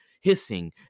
hissing